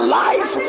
life